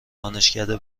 دانشکده